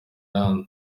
ayandi